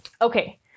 Okay